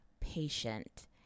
patient